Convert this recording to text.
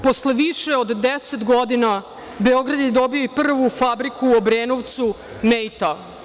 Posle više od 10 godina, Beograd je dobio i prvu fabriku u Obrenovcu „Meita“